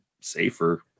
safer